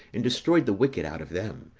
and destroyed the wicked out of them,